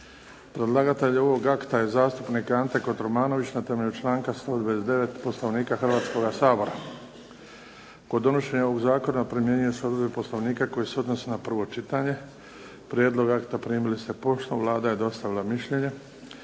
Predlagatelj ovog akta je zastupnik Ante Kotromanović na temelju članka 129. Poslovnika Hrvatskoga sabora. Kod donošenja ovog zakona primjenjuju se odredbe Poslovnika koje se odnose na prvo čitanje. Prijedlog akta primili ste poštom. Vlada je dostavila mišljenje.